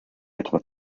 etwa